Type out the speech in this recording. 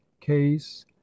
case